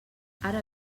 ara